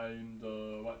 I am the what